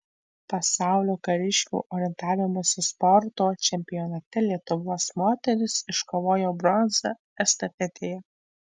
pasaulio kariškių orientavimosi sporto čempionate lietuvos moterys iškovojo bronzą estafetėje